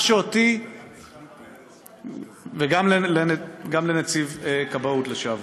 וגם לנציב כבאות לשעבר.